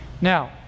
Now